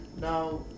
Now